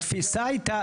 התפיסה הייתה,